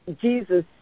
Jesus